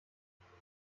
asanzwe